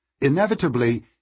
Inevitably